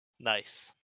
Nice